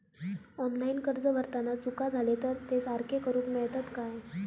Online अर्ज भरताना चुका जाले तर ते सारके करुक मेळतत काय?